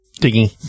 Digging